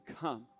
come